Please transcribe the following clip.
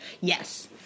Yes